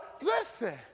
listen